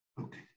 Okay